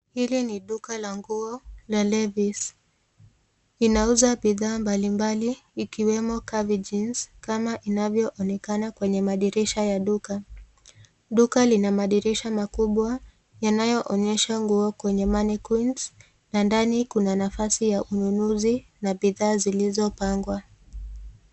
Hili ni duka la nguo la Levi's inauza bidhaa mbalimbali ikiwemo curvy jeans kama inavyoonekana kwenye madirisha ya duka. Duka ina madirisha makubwa yanayoonyesha nguo kwenye mannequins na ndani kuna nafasi ya ununuzi na bidhaa zilizopangwa.